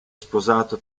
sposato